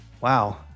Wow